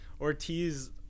Ortiz